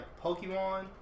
Pokemon